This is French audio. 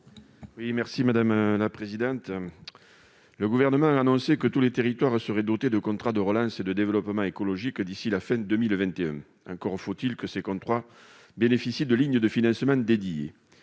n° I-1076 rectifié. Le Gouvernement a annoncé que tous les territoires seraient dotés de contrats de relance et de développement écologique d'ici à la fin de l'année 2021. Encore faut-il que ces contrats bénéficient de lignes de financements dédiés